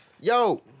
yo